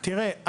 --- תראה,